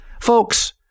Folks